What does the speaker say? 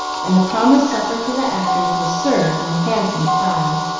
and the promised supper to the actors was served in handsome style.